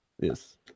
yes